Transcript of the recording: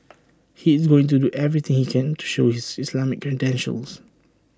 he is going to do everything he can to show his Islamic credentials